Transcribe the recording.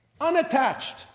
unattached